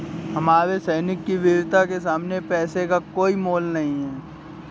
हमारे सैनिक की वीरता के सामने पैसे की कोई कीमत नही है